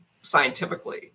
scientifically